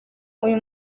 uyu